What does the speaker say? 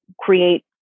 create